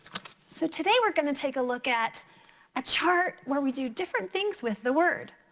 so today we're gonna take a look at a chart where we do different things with the word.